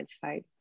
side